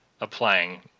applying